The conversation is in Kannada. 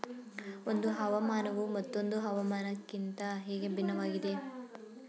ಒಂದು ಹವಾಮಾನವು ಮತ್ತೊಂದು ಹವಾಮಾನಕಿಂತ ಹೇಗೆ ಭಿನ್ನವಾಗಿದೆ?